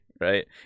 right